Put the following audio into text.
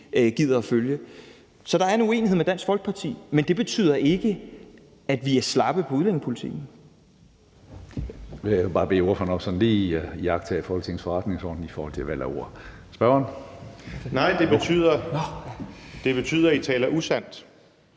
gider at følge. Så der er en uenighed med Dansk Folkeparti, men det betyder ikke, at vi er slappe på udlændingepolitikken.